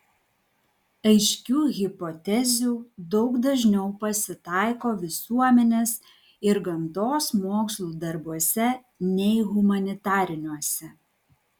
aiškių hipotezių daug dažniau pasitaiko visuomenės ir gamtos mokslų darbuose nei humanitariniuose